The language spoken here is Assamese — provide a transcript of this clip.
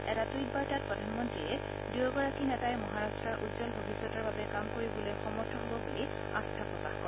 এটা টুইট বাৰ্তাত প্ৰধানমন্ত্ৰীয়ে দুয়োগৰাকী নেতাই মহাৰট্টৰ উজ্জল ভৱিষ্যতৰ হকে কাম কৰিবলৈ সমৰ্থ হব বুলি আস্থা প্ৰকাশ কৰে